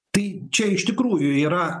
tai čia iš tikrųjų yra